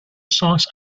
songs